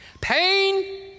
Pain